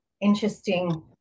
interesting